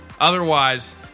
Otherwise